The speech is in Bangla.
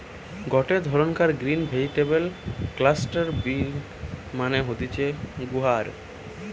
গটে ধরণকার গ্রিন ভেজিটেবল ক্লাস্টার বিন মানে হতিছে গুয়ার